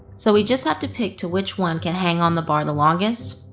so we just have to pick to which one can hang on the bar and the longest?